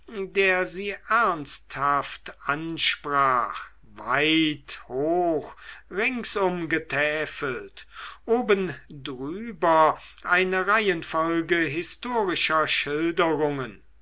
der sie ernsthaft ansprach weit hoch ringsum getäfelt oben drüber eine reihenfolge historischer schilderungen